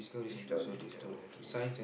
Discovery-Centre okay